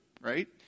right